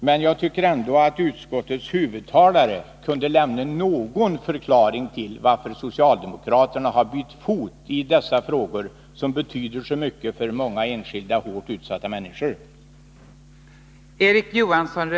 Men jag tycker ändå att utskottets huvudtalesman kunde lämna någon förklaring till varför socialdemokraterna bytt fot i dessa frågor, som betyder så mycket för många hårt utsatta enskilda människor.